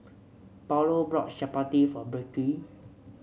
Paulo brought chappati for Berkley